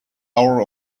hour